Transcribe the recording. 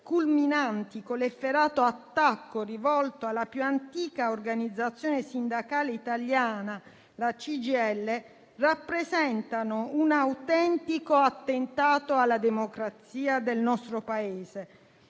culminati con l'efferato attacco rivolto alla più antica organizzazione sindacale italiana, la CGIL, rappresentano un autentico attentato alla democrazia del nostro Paese,